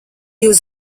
jūs